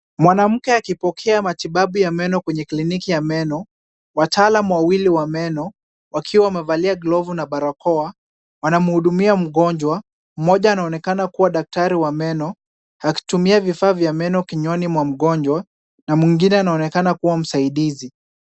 Mwanamke akipokea matibabu ya meno kwenye kliniki ya meno. Wataalam wawili wa meno, wakiwa wamevalia glovu na barakoa, wanamhudumia mgonjwa. Mmoja anaonekana kuwa daktari wa meno, akitumia vifaa vya meno kinywani mwa mgonjwa na mwingine anaonekana kuwa msaidizi.